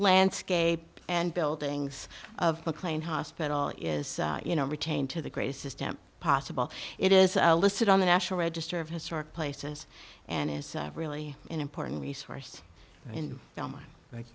landscape and buildings of mclean hospital is you know retained to the greatest system possible it is listed on the national register of historic places and is really an important resource and